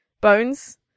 Bones